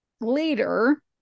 later